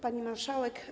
Pani Marszałek!